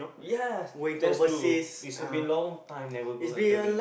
yes there's to it's been long time never go travel